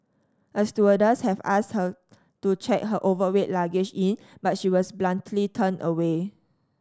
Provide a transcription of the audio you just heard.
a stewardess had asked her to check her overweight luggage in but she was bluntly turned away